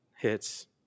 hits